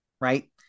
right